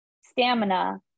stamina